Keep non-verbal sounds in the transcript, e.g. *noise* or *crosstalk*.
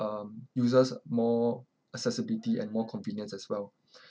um users more accessibility and more convenience as well *breath*